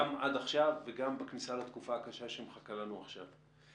גם עד עכשיו וגם בכניסה לתקופה הקשה שמחכה לנו עכשיו.